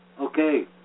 okay